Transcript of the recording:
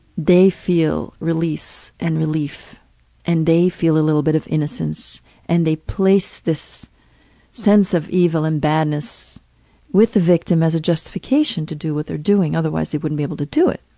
they feel release and relief and they feel a little bit of innocence and they place this sense of evil and badness with the victim as a justification to do what they're doing. otherwise they wouldn't be able to do it.